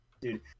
dude